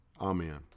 Amen